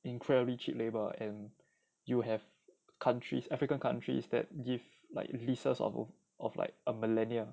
incredibly cheap labour and you have countries african countries that give like leases of of like a millennia